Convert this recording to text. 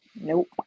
Nope